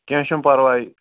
کیٚنٛہہ چھُنہٕ پَرواے